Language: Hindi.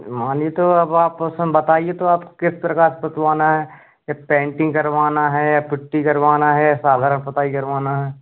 मानिए तो अब आप फिर बताइए तो आप किस प्रकार पुतवाना है पेन्टिन्ग करवानी है या पुट्टी करवानी है या साधारण पोताई करवानी है